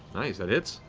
nice, that hits.